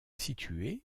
située